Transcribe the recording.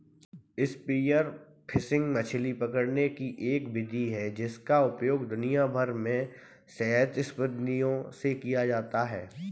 spear fishing मछली पकड़ने की एक विधि है जिसका उपयोग दुनिया भर में सहस्राब्दियों से किया जाता रहा है